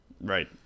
Right